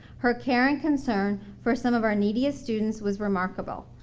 her care and concern for some of our neediest students was remarkable.